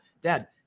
Dad